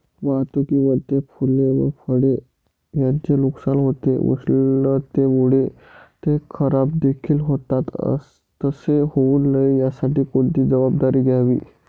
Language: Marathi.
वाहतुकीमध्ये फूले व फळे यांचे नुकसान होते, उष्णतेमुळे ते खराबदेखील होतात तसे होऊ नये यासाठी कोणती खबरदारी घ्यावी?